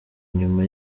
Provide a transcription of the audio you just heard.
nyuma